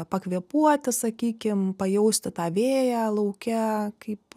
pakvėpuoti sakykim pajausti tą vėją lauke kaip